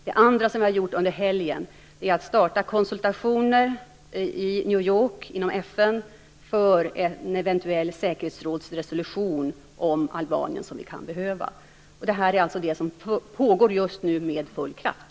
Det andra, som vi har gjort under helgen, är att starta konsultationer inom FN i New York om en eventuell säkerhetsrådsresolution om Albanien. Detta är vad som nu pågår med full kraft.